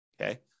Okay